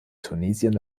tunesien